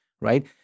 right